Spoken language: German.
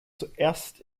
zuerst